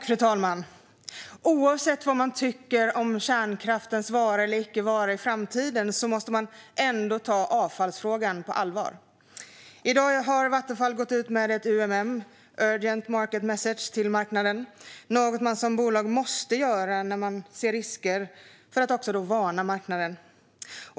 Fru talman! Oavsett vad man tycker om kärnkraftens vara eller icke vara i framtiden måste man ta avfallsfrågan på allvar. I dag har Vattenfall gått ut med ett UMM, urgent market message. Det måste bolag göra för att varna marknaden när man ser risker.